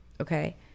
Okay